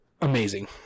amazing